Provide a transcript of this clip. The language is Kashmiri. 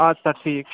اَدٕ سا ٹھیٖک چھُ